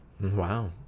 Wow